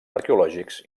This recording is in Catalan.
arqueològics